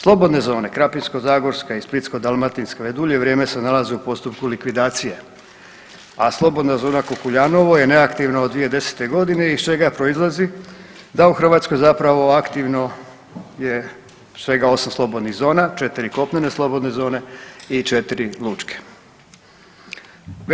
Slobodne zone Krapinsko-zagorska i Splitsko-dalmatinska već dulje vrijeme se nalaze u postupku likvidacije, a slobodna zona Kukuljanovo je neaktivna od 2010.g. iz čega proizlazi da u Hrvatskoj zapravo aktivno je svega 8 slobodnih zona, 4 kopnene slobodne zone i 4 lučke. i četiri lučke.